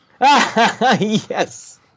Yes